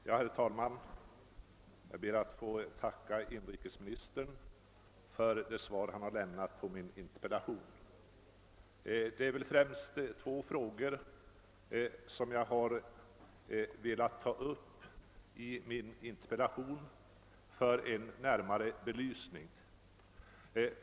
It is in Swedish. Herr talman! Jag ber att få tacka inrikesministern för det svar som han har lämnat på min interpellation. Det är främst två frågor som jag har velat ta upp i min interpellation för en närmare belysning.